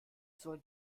sollen